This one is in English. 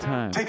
Time